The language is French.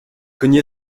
cogné